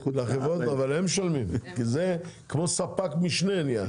אבל הם משלמים, כי זה כמו ספק משנה נהיה.